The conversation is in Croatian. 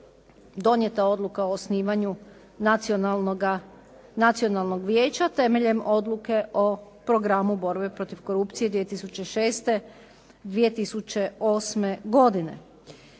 donijeta odluka o osnivanju Nacionalnog vijeća temeljem Odluke o programu protiv korupcije 2006. - 2008. godine.